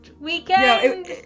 weekend